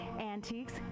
antiques